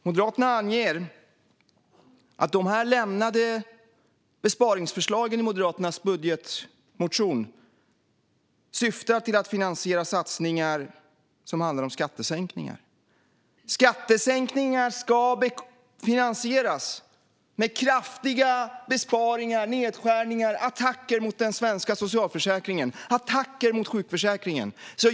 Moderaterna anger att besparingsförslagen i deras budgetmotion syftar till att finansiera satsningar som handlar om skattesänkningar. Skattesänkningar ska finansieras med kraftiga besparingar på, nedskärningar i och attacker mot den svenska socialförsäkringen och sjukförsäkringen.